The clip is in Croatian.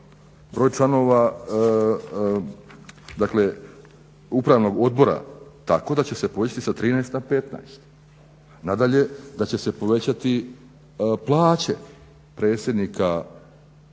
broj članova upravnog odbora tako da će se povećati sa 13 na 15.", nadalje: "Da će se povećati plaće predsjednika, članova